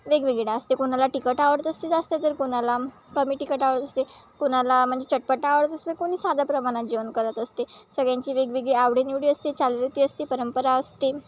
वेगवेगळा असते कोणाला तिखट आवडत असते जास्त तर कोणाला कमी तिखट आवडत असते कोणाला म्हणजे चटपटा आवडत असतात कोणी साधा प्रमाणात जेवण करत असते सगळ्यांची वेगवेगळी आवडीनिवडी असते चालीरीती असते परंपरा असते